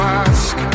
ask